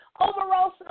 Omarosa